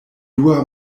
dua